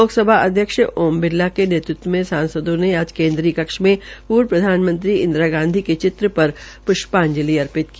लोकसभा अध्यक्ष ओम बिरला के नेतृत्व में सासदों ने आज केनद्रीय कक्ष में पूर्वप्रधानमंत्री इंदिरा गांधी के चित्र पर प्ष्पाजंलि अर्पित की